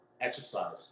Exercise